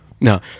No